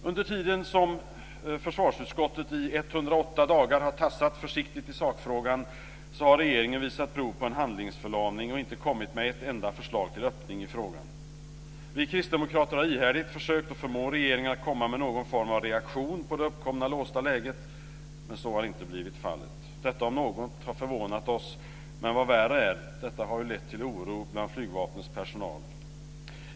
Under tiden som försvarsutskottet i 108 dagar har tassat försiktigt i sakfrågan har regeringen visat prov på en handlingsförlamning och inte kommit med ett enda förslag till öppning i frågan. Vi kristdemokrater har ihärdigt försökt förmå regeringen att komma med någon form av reaktion på det uppkomna låsta läget, men så har inte blivit fallet. Detta om något har förvånat oss, men vad som är värre är att detta har lett till oro bland flygvapnets personal.